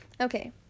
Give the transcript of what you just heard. Okay